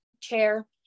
chair